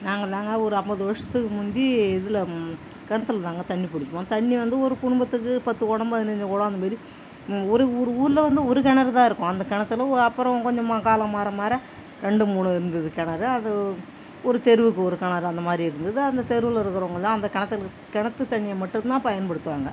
நாங்கள் நாங்கள் ஒரு ஐம்பது வருஷத்துக்கு முந்தி இதில் கிணத்துல தாங்க தண்ணி பிடிப்போம் தண்ணி வந்து ஒரு கும்பத்துக்கு பத்து குடம் பதினைஞ்சி குடம் அந்தமாரி ஒரு ஒரு ஊரில் வந்து ஒரு கிணறு தான் இருக்குது அந்த கிணத்துல அப்புறம் கொஞ்சம் காலம் மாற மாற ரெண்டு மூணு இருந்தது கிணறு அது ஒரு தெருவுக்கு ஒரு கிணறு அந்த மாதிரி இருந்தது அந்த தெருவில் இருக்கிறவங்களாம் அந்த கிணத்து கிணத்து தண்ணியை மட்டுந்தான் பயன்படுத்துவாங்க